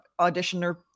auditioner